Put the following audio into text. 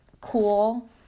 cool